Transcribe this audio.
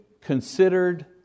considered